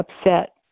upset